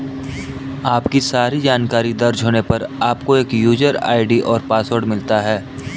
आपकी सारी जानकारी दर्ज होने पर, आपको एक यूजर आई.डी और पासवर्ड मिलता है